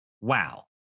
wow